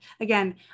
Again